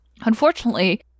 Unfortunately